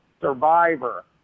Survivor